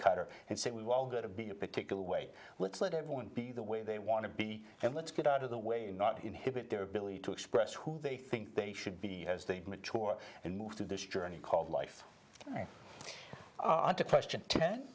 cutter and say we've all got to be a particular way let's let everyone be the way they want to be and let's get out of the way and not inhibit their ability to express who they think they should be as they mature and move through this journey called life question ten